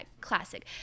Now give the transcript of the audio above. classic